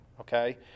okay